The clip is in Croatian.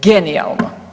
Genijalno.